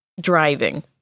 driving